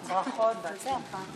בהצלחה.